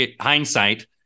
hindsight